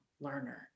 learner